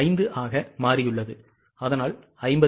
5 ஆக மாறியுள்ளது அதனால் 59500